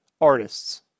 artists